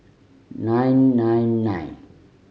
nine nine nine